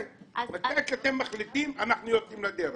מתי אתם מחליטים שאתם יוצאים לדרך?